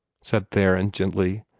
said theron, gently,